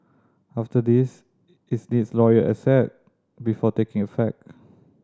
after this it's needs royal assent before taking effect